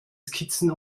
skizzen